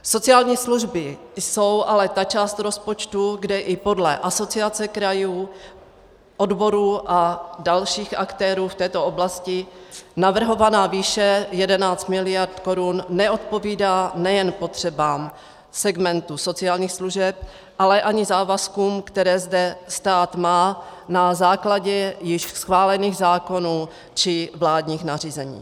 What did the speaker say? Sociální služby jsou ale ta část rozpočtu, kde i podle Asociace krajů, odborů a dalších aktérů v této oblasti navrhovaná výše 11 mld. korun neodpovídá nejen potřebám segmentu sociálních služeb, ale ani závazkům, které zde stát má na základě již schválených zákonů či vládních nařízení.